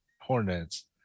Hornets